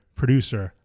producer